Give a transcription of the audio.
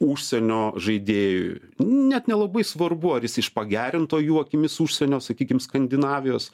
užsienio žaidėjui net nelabai svarbu ar jis iš pagerinto jų akimis užsienio sakykim skandinavijos